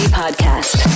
podcast